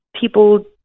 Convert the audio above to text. people